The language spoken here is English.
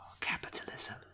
Capitalism